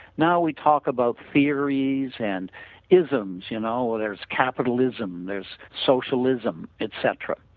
now we talk about theories and isms you know or there is capitalism, there is socialism etc.